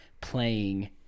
playing